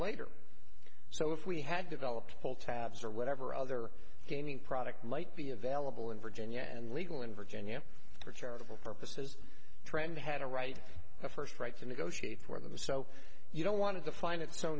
later so if we had developed a whole tabs or whatever other gaming product might be available in virginia and legal in virginia for charitable purposes trend had a right a first right to negotiate for them so you don't want to define it so